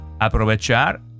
Aprovechar